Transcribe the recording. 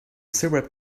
syrup